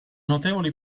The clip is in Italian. notevoli